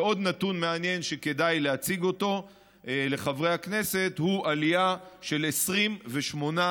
ועוד נתון מעניין שכדאי להציג אותו לחברי הכנסת הוא עלייה של 28%